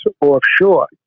offshore